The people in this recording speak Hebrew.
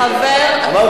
מנהיגנו,